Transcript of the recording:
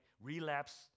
relapse